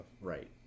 Right